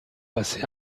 passé